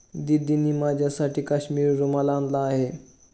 दीदींनी माझ्यासाठी काश्मिरी रुमाल आणला आहे